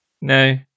No